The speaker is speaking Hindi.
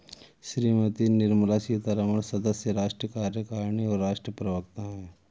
श्रीमती निर्मला सीतारमण सदस्य, राष्ट्रीय कार्यकारिणी और राष्ट्रीय प्रवक्ता हैं